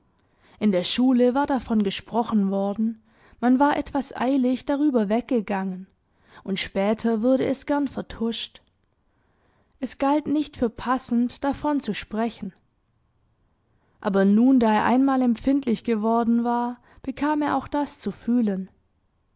in der schule war davon gesprochen worden man war etwas eilig darüber weggegangen und später wurde es gern vertuscht es galt nicht für passend davon zu sprechen aber nun da er einmal empfindlich geworden war bekam er auch das zu fühlen